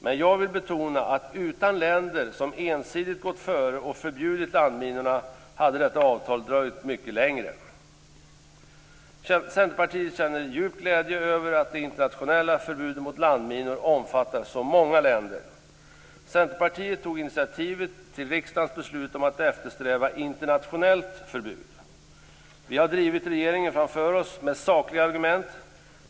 Men jag vill betona att utan länder som ensidigt gått före och förbjudit landminorna hade detta avtal dröjt mycket längre. Centerpartiet känner en djup glädje över att det internationella förbudet mot landminor omfattar så många länder. Centerpartiet tog initiativet till riksdagens beslut om att eftersträva ett internationellt förbud. Vi har drivit regeringen framför oss med sakliga argument.